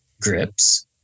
grips